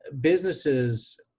businesses